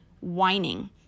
whining